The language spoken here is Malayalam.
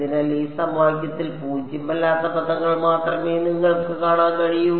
അതിനാൽ ഈ സമവാക്യത്തിൽ പൂജ്യമല്ലാത്ത പദങ്ങൾ മാത്രമേ നിങ്ങൾക്ക് കാണാൻ കഴിയൂ